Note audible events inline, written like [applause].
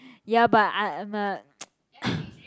ya but I I'm a [noise] [breath]